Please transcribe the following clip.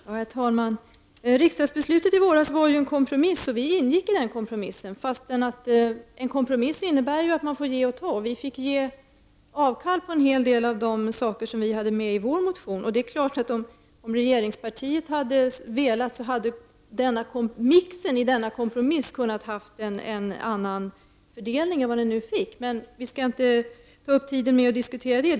Herr talman! Riksdagsbeslutet i våras var ju en kompromiss och vi ingick i den kompromissen. En kompromiss innebär ju att man får ge och ta, och vi fick ge avkall på en hel del av de saker som vi hade med i vår motion. Men det är klart att om regeringspartiet hade velat, hade mixen i denna kompromiss kunnat ha en annan fördelning än den nu fick. Men vi skall inte ta upp tiden med att diskutera det.